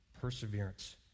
perseverance